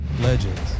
Legends